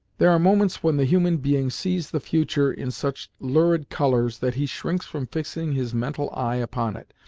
there are moments when the human being sees the future in such lurid colours that he shrinks from fixing his mental eye upon it,